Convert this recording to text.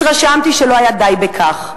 התרשמתי שלא היה די בכך.